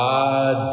God